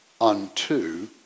unto